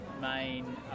main